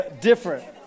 Different